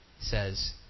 says